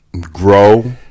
grow